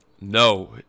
No